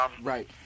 Right